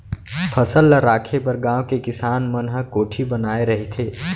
फसल ल राखे बर गाँव के किसान मन ह कोठी बनाए रहिथे